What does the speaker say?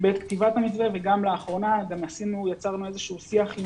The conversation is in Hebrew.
בעת כתיבת המתווה וגם לאחרונה יצרנו איזשהו שיח עם